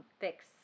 fix